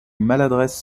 maladresse